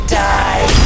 die